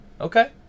Okay